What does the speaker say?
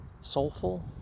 soulful